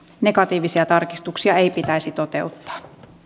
negatiivisia tarkistuksia ei pitäisi toteuttaa